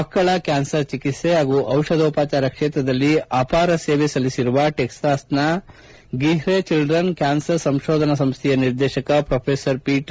ಮಕ್ಕಳ ಕ್ಯಾನ್ಸರ್ ಚಿಕಿತ್ಸೆ ಹಾಗೂ ದಿಪಧೋಪಚಾರ ಕ್ಷೇತ್ರದಲ್ಲಿ ಅಪಾರ ಸೇವೆ ಸಲ್ಲಿಸಿರುವ ಟೆಕ್ಸಾಸ್ನ ಗ್ರೀಹೆ ಚಲ್ಲನ್ ಕ್ಯಾನರ್ ಸಂಶೋಧನಾ ಸಂಶ್ವೆಯ ನಿರ್ದೇಶಕ ಪ್ರೊಫೆಸರ್ ಪೀಟರ್ ಜೆ